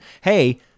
Hey